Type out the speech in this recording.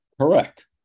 Correct